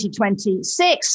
2026